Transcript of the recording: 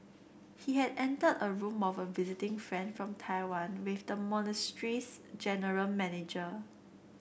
he had entered a room of a visiting friend from Taiwan with the general manager